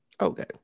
okay